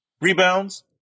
Rebounds